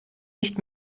nicht